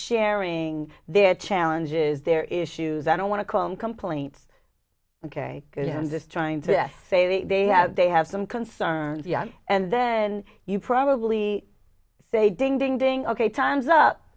sharing their challenges their issues i don't want to come complaints ok good and just trying to say they have they have some concerns yes and then you probably say ding ding ding ok time's up